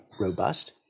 robust